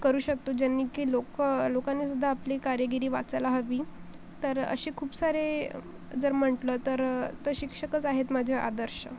करू शकतो ज्यांनी की लोक लोकांनीसुद्धा आपली कारागिरी वाचायला हवी तर अशसे खूप सारे जर म्हटलं तर तर शिक्षकच आहेत माझे आदर्श